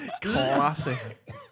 Classic